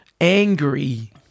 angry